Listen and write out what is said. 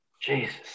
Jesus